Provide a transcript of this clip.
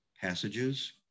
passages